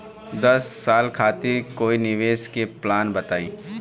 दस साल खातिर कोई निवेश के प्लान बताई?